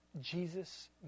Jesus